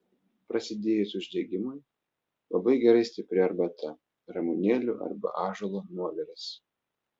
prasidėjus uždegimui labai gerai stipri arbata ramunėlių arba ąžuolo nuoviras